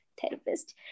therapist